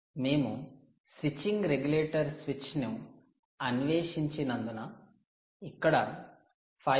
మేము switching regulator switch ను అన్వేషించనందున ఇక్కడ 5